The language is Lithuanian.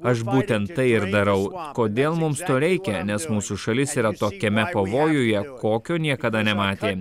aš būtent tai ir darau kodėl mums to reikia nes mūsų šalis yra tokiame pavojuje kokio niekada nematė